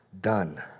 done